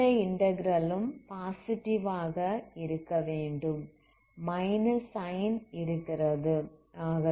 இந்த இன்டகிரல் ம் பாசிட்டிவ் ஆக இருக்கவேண்டும்